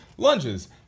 Lunges